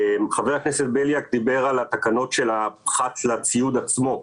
חבר הכנסת בליאק דיבר על התקנות של הפחת לציוד עצמו,